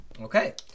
Okay